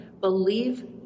believe